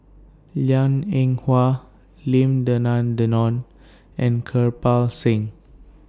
Liang Eng Hwa Lim Denan Denon and Kirpal Singh